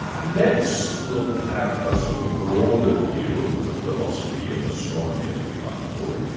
let's look at a sort of broader view of the philosophy of astronomy as we might call it.